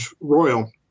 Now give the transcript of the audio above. royal